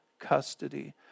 custody